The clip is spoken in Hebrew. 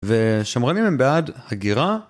ושמרנים הם בעד הגירה.